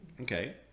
Okay